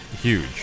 huge